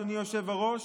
אדוני היושב-ראש,